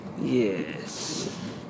Yes